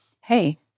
hey